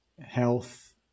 health